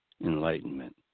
enlightenment